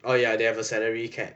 oh ya they have a salary cap